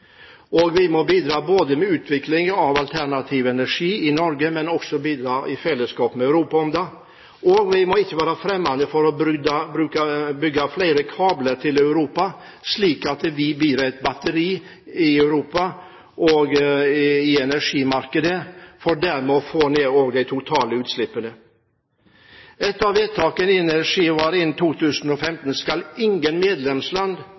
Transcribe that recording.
og vi må bidra med utvikling av alternativ energi både i Norge og i fellesskap med Europa. Vi må ikke være fremmede for å bygge flere kabler til Europa, slik at vi blir et batteri i Europa i energimarkedet, for dermed å få ned de totale utslippene. Ett av vedtakene innen energi var at innen 2015 skal ingen medlemsland